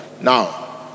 now